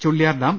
Chulliyar dam